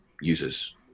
users